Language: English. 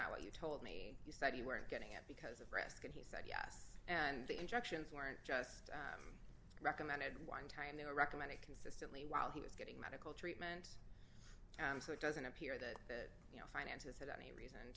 not what you told me you study weren't getting it because of risk and he said yes and the injections weren't just recommended one time they were recommended consistently while he was getting medical treatment and so it doesn't appear that you know finances had had any reason